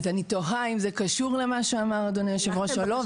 אז אני תוהה אם זה קשור למה שאמר אדוני יושב הראש או לא,